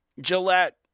Gillette